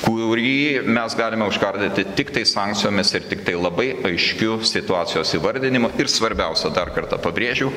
kurį mes galime užkardyti tiktai sankcijomis ir tiktai labai aiškiu situacijos įvardinimu ir svarbiausia dar kartą pabrėžiu